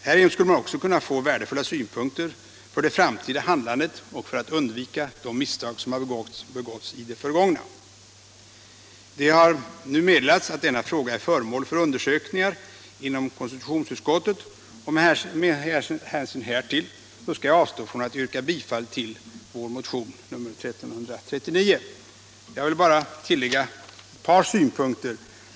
Härigenom skulle man också få värdefulla synpunkter för det framtida handlandet och för att undvika de misstag som har begåtts i det förgångna. Det har nu meddelats att denna fråga är föremål för undersökningar inom konstitutionsutskottet. Med hänsyn härtill skall jag avstå från att yrka bifall till vår motion nr 1339. Jag vill bara tillägga ett par synpunkter.